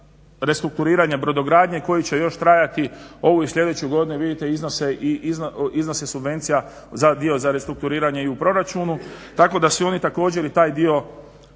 dio restrukturiranja brodogradnje koji će još trajati ovu i sljedeću godinu. Vidite iznose subvencija za dio restrukturiranje i u proračunu tako da su oni i taj dio